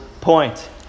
point